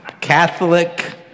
Catholic